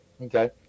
Okay